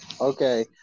Okay